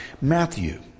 Matthew